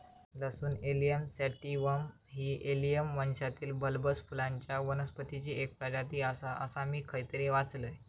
लसूण Allium sativum ही Allium वंशातील बल्बस फुलांच्या वनस्पतीची एक प्रजाती आसा, असा मी खयतरी वाचलंय